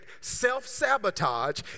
self-sabotage